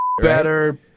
better